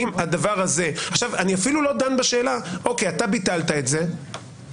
אני אפילו לא דן בשאלה שאתה ביטלת את זה